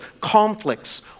Conflicts